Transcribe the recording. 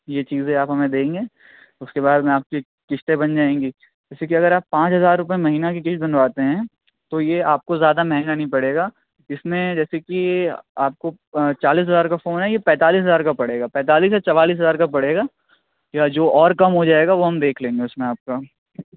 یہ چیزیں آپ ہمیں دیں گے اُس کے بعد میں آپ کی قسطیں بن جائیں گی جیسے کہ اگر آپ پانچ ہزار روپیے مہینہ کی قسط بنواتے ہیں تو یہ آپ کو زیادہ مہنگا نہیں پڑے گا اِس میں جیسے کہ آپ کو چالیس ہزار کا فون ہے یہ پینتالیس ہزار کا پڑے گا پینتالیس یا چوالیس ہزار کا پڑے گا یا جو اور کم ہو جائے گا وہ ہم دیکھ لیں گے اُس میں آپ کا